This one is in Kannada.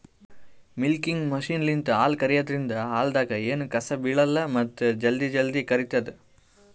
ಮಿಲ್ಕಿಂಗ್ ಮಷಿನ್ಲಿಂತ್ ಹಾಲ್ ಕರ್ಯಾದ್ರಿನ್ದ ಹಾಲ್ದಾಗ್ ಎನೂ ಕಸ ಬಿಳಲ್ಲ್ ಮತ್ತ್ ಜಲ್ದಿ ಜಲ್ದಿ ಕರಿತದ್